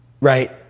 right